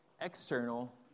external